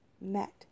met